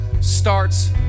starts